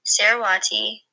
Sarawati